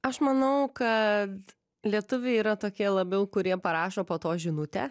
aš manau kad lietuviai yra tokie labiau kurie parašo po to žinutę